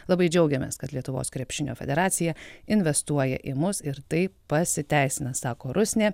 labai džiaugiamės kad lietuvos krepšinio federacija investuoja į mus ir tai pasiteisina sako rusnė